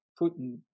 Putin